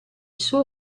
suo